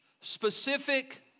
specific